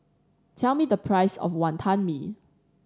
tell me the price of Wantan Mee